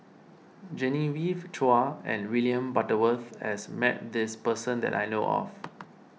Genevieve Chua and William Butterworth has met this person that I know of